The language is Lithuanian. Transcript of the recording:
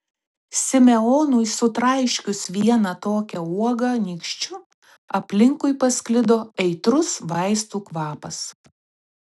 simeonui sutraiškius vieną tokią uogą nykščiu aplinkui pasklido aitrus vaistų kvapas